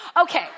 Okay